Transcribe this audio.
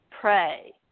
pray